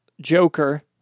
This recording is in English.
Joker